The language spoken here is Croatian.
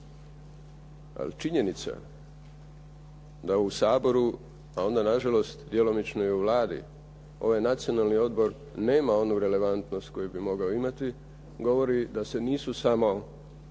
Ali činjenica da u Saboru, a onda nažalost djelomično i u Vladi, ovaj Nacionalni odbor nema onu relevantnost koju bi mogao imati, govori da se nisu samo